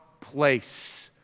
place